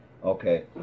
Okay